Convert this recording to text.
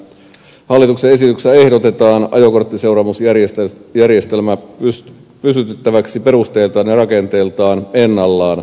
hallituksen esityksessä ehdotetaan ajokorttiseuraamusjärjestelmä pysytettäväksi perusteiltaan ja rakenteeltaan ennallaan